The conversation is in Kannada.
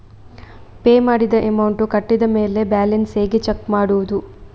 ಪೇ ಮಾಡಿದ ಅಮೌಂಟ್ ಕಟ್ಟಿದ ಮೇಲೆ ಬ್ಯಾಲೆನ್ಸ್ ಹೇಗೆ ಚೆಕ್ ಮಾಡುವುದು?